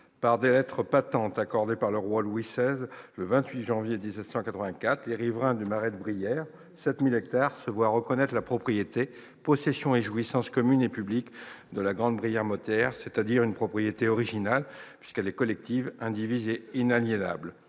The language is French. Par les lettres patentes accordées par le roi Louis XVI, le 28 janvier 1784, les riverains du marais de Brière- 7 000 hectares -se voient reconnaître la « propriété, possession et jouissance commune et publique » de la Grande Brière Mottière, c'est-à-dire une propriété originale puisqu'elle est collective, indivise et inaliénable.